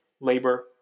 labor